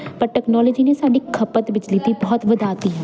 ਪਰ ਟੈਕਨੋਲੋਜੀ ਨੇ ਸਾਡੀ ਖਪਤ ਬਿਜਲੀ ਦੀ ਬਹੁਤ ਵਧਾਤੀ ਹੈ